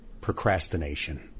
procrastination